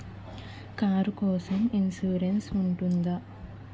Car కోసం insurance ఉంటుందా?